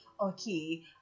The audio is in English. okay